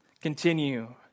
Continue